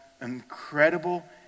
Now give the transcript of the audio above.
incredible